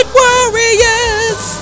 warriors